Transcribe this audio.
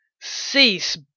Cease